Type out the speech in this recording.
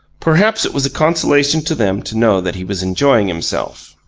perhaps it was a consolation to them to know that he was enjoying himself.